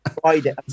Friday